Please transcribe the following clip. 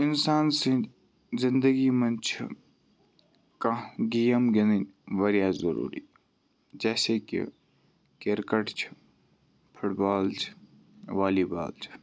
اِنسان سٕنٛدۍ زندگی منٛز چھُ کانٛہہ گیم گِنٛدٕنۍ واریاہ ضٔروٗری جیسے کہِ کِرکَٹ چھِ فُٹ بال چھِ والی بال چھِ